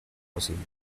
posible